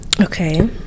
Okay